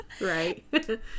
right